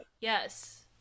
Yes